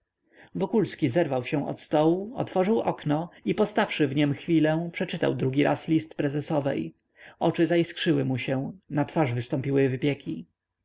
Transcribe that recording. wokulski zerwał się od stołu otworzył okno i postawszy w niem chwilę przeczytał drugi raz list prezesowej oczy zaiskrzyły mu się na twarz wystąpiły wypieki